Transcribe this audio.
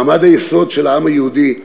מעמד היסוד של העם היהודי,